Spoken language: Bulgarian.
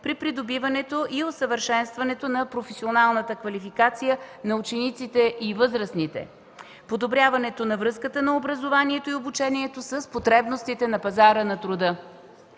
при придобиването и усъвършенстването на професионалната квалификация на учениците и възрастните; подобряването на връзката на образованието и обучението с потребностите на пазара на труда.